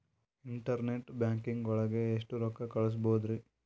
Internet banking ಒಳಗೆ ಎಷ್ಟ್ ರೊಕ್ಕ ಕಲ್ಸ್ಬೋದ್ ರಿ?